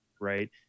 right